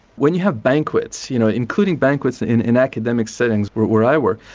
when you have banquets, you know, including banquets in in academic settings where i work,